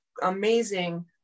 amazing